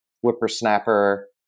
whippersnapper